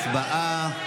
הצבעה.